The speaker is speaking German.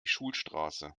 schulstraße